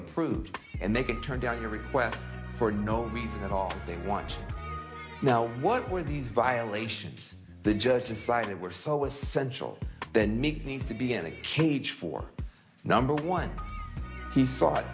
approved and they can turn down your request for no reason at all they want now what were these violations the judge inside it were so essential the need needs to be in a cage for number one he sought